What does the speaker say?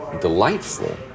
delightful